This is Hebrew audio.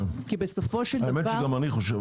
גם אני חושב,